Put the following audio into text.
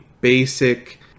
basic